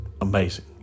amazing